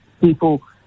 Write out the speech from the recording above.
people